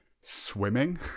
swimming